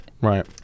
right